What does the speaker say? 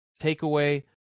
takeaway